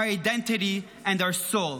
our identity and our soul.